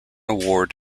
award